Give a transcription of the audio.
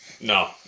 No